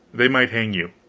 they might hang you.